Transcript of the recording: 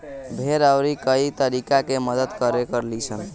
भेड़ अउरी कई तरीका से मदद करे लीसन